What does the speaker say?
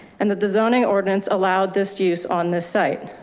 and that the zoning ordinance allowed this use on this site.